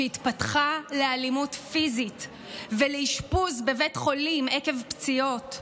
שהתפתחה לאלימות פיזית ולאשפוז בבית חולים עקב פציעות.